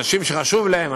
אנשים שחשוב להם,